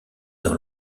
dans